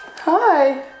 Hi